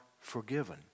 forgiven